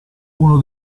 uno